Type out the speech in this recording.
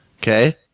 okay